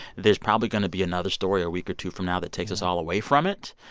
there's probably going to be another story a week or two from now that takes us all away from it.